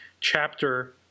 chapter